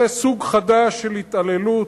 זה סוג חדש של התעללות,